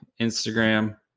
instagram